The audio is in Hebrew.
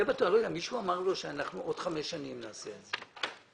מישהו אמר לו שעוד חמש שנים נעשה את זה.